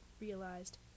realized